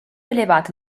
elevate